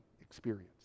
experience